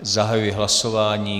Zahajuji hlasování.